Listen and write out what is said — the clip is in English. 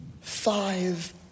five